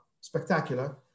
spectacular